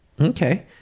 Okay